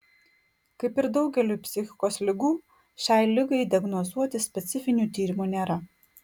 kaip ir daugeliui psichikos ligų šiai ligai diagnozuoti specifinių tyrimų nėra